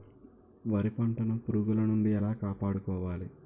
వరి పంటను పురుగుల నుండి ఎలా కాపాడుకోవాలి?